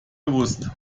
gewusst